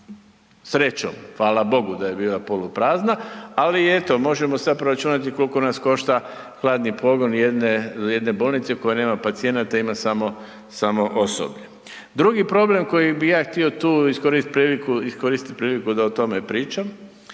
Srećom, hvala Bogu da je bila poluprazna, ali eto, možemo sad proračunati koliko nas košta hladni pogon jedne bolnice koja nema pacijenta i ima samo osoblje. Drugi problem koji ja htio tu iskoristiti priliku da o tome pričam